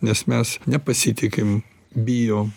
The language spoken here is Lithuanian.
nes mes nepasitikim bijom